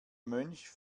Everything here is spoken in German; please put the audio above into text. mönch